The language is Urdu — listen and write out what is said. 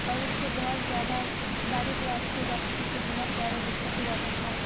اور اس سے بہت زیادہ بارش وارش ہو جاتی تھی تو بہت زیادہ دقت ہو جاتے تھے